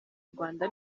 rwanda